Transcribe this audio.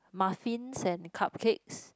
muffins and cupcakes